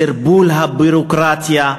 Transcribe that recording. מסרבול הביורוקרטיה,